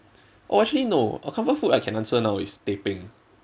oh actually no a comfort food I can answer now is teh peng